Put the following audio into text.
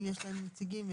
יש להם נציגים?